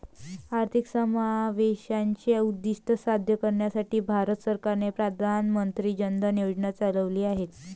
आर्थिक समावेशाचे उद्दीष्ट साध्य करण्यासाठी भारत सरकारने प्रधान मंत्री जन धन योजना चालविली आहेत